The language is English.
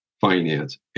finance